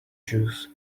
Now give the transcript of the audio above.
juice